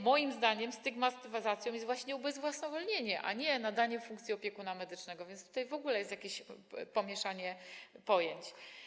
Moim zdaniem stygmatyzacją jest właśnie ubezwłasnowolnienie, a nie nadanie funkcji opiekuna medycznego, a więc tutaj w ogóle jest jakieś pomieszanie pojęć.